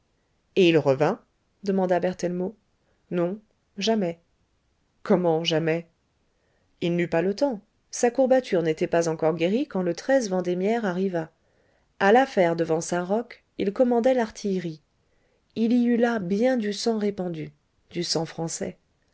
et il revint demanda berthellemot non jamais comment jamais il n'eut pas le temps sa courbature n'était pas encore guérie quand le vendémiaire arriva a l'affaire devant saint-roch il commandait l'artillerie il y eut là bien du sang répandu du sang français